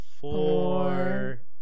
four